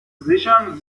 sichern